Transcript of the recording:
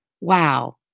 Wow